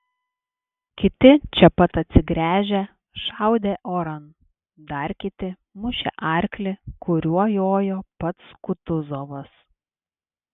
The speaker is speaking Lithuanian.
kiti čia pat atsigręžę šaudė oran dar kiti mušė arklį kuriuo jojo pats kutuzovas